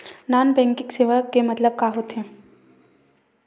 Non banking सेवा के मतलब का होथे?